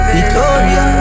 Victoria